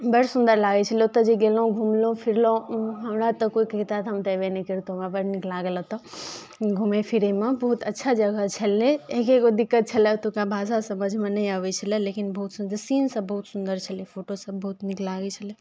बड़ सुन्दर लागै छलै ओतऽ जे गेलहुँ घुमलहुँ फिरलहुँ हमरा तऽ कोइ कहितऽ तऽ हम तऽ एबे नहि करितहुँ हमरा बड़ नीक लागल ओतऽ घुमै फिरैमे बहुत अच्छा जगह छलै एकेगो दिक्कत छलै ओतुका भाषा समझमे नहि अबै छलै लेकिन बहुत सुन्दर सीन सभ बहुत सुन्दर छलै फोटोसभ बहुत नीक लागै छलै